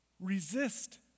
Resist